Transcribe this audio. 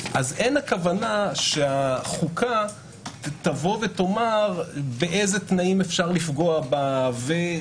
אין הכוונה שהחוקה תאמר באילו תנאים אפשר לפגוע בה וכו',